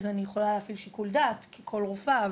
אז אני יכולה להפעיל שיקול דעת ככל רופאה,